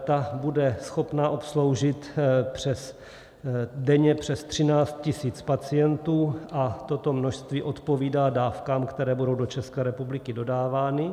Ta bude schopna obsloužit denně přes 13 tisíc pacientů a toto množství odpovídá dávkám, které budou do České republiky dodávány.